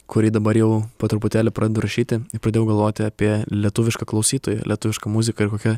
kurį dabar jau po truputėlį pradedu rašyti pradėjau galvoti apie lietuvišką klausytoją lietuvišką muziką ir kokia